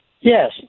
Yes